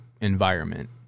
environment